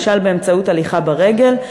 למשל באמצעות הליכה ברגל,